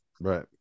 Right